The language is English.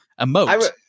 emote